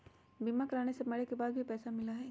बीमा कराने से मरे के बाद भी पईसा मिलहई?